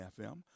FM